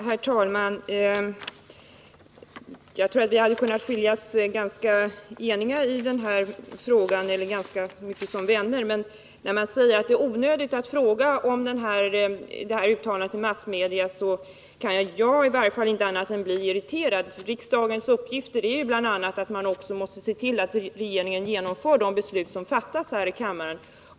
Herr talman! Jag tror att vi när det gäller den här frågan hade kunnat skiljas ganska eniga — eller som vänner. Men när man säger att det är onödigt att fråga om det här uttalandet i massmedia kan jag i varje fall inte annat än bli irriterad. Riksdagens uppgift är bl.a. att se till att regeringen genomför de beslut som fattas här i kammaren.